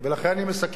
אני מסכם